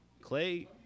Clay